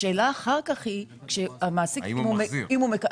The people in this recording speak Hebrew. השאלה אחר כך -- האם הוא מחזיר.